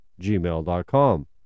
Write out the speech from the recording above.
gmail.com